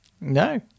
No